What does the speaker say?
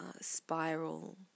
spiral